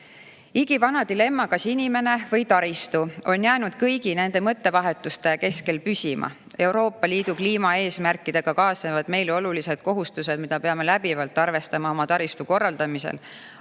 dilemma, kas inimene või taristu, on jäänud kõigi nende mõttevahetuste keskel püsima. Euroopa Liidu kliimaeesmärkidega kaasnevad meile olulised kohustused, mida peame läbivalt arvestama oma taristu korraldamisel,